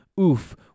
Oof